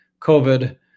COVID